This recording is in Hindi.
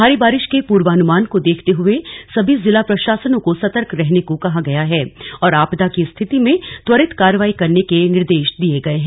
भारी बारिश के पूर्वानुमान को देखते हुए सभी जिला प्रशासनों को सतर्क रहने को कहा गया है और आपदा की स्थिति में त्वरित कार्रवाई करने के निर्देश दिए गए हैं